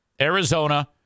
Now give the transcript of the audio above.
Arizona